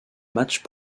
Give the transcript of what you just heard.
matches